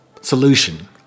Solution